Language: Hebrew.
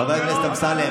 שום דבר לא נסגר.